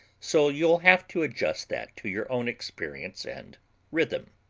so you'll have to adjust that to your own experience and rhythm.